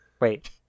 Wait